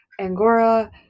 angora